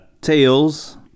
Tails